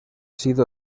sido